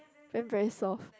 then very soft